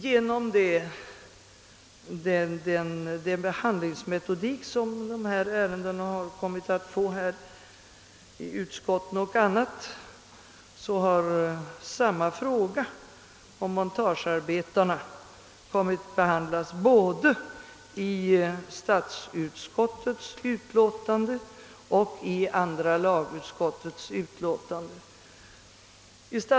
Genom den metodik som handläggningen av dessa ärenden kommit att få i utskotten och i andra sammanhang har samma fråga om montagearbetarna kommit att behandlas både i statsutskottets utlåtande och i andra lagutskottets utlåtande.